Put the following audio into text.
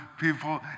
people